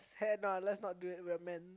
cannot let's not do it we are man